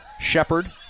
Shepard